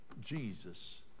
Jesus